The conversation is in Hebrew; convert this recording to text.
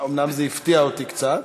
אומנם זה הפתיע אותי קצת,